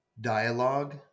dialogue